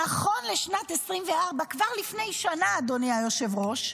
נכון לשנת 2024, כבר לפני שנה, אדוני היושב-ראש,